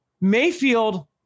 Mayfield